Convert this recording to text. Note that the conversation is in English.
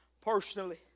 personally